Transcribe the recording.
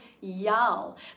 y'all